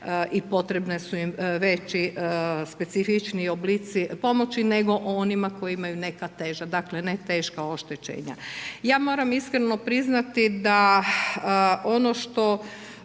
i … su im veći specifičniji oblici pomoći, nego o onima koja imaju neka teža dakle, ne teška oštećenja. Ja moram priznati da ono što